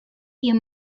you